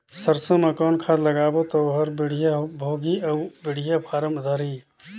सरसो मा कौन खाद लगाबो ता ओहार बेडिया भोगही अउ बेडिया फारम धारही?